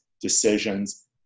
decisions